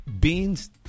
beans